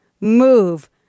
move